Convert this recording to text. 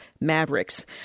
Mavericks